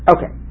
Okay